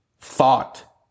Thought